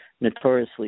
notoriously